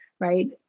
right